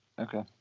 okay